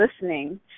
listening